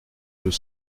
deux